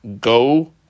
go